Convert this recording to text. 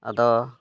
ᱟᱫᱚ